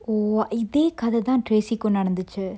oh இதே கதை தான்:ithe katha thaan tracy கும் நடந்துச்சி:kum nadanthuchi